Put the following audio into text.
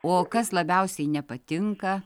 o kas labiausiai nepatinka